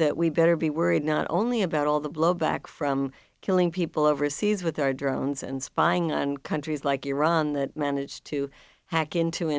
that we better be worried not only about all the blowback from killing people overseas with our drones and spying on countries like iran that managed to hack into